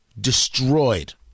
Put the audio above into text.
Destroyed